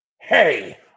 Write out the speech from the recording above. Hey